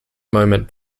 moment